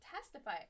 testify